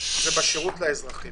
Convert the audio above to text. בשירות לאזרחים,